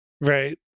right